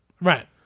right